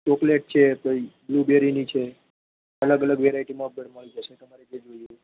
chocolate છે પઇ બ્લૂબેરીની છે અલગ અલગ વેરાઇટીમાં પણ મળી જશે તમારે જે જોઈએ તે